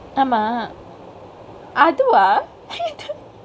ஆமா அதுவா:aamaa athuvaa